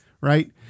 right